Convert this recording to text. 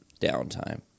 downtime